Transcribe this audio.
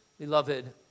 Beloved